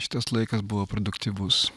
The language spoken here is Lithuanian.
šitas laikas buvo produktyvus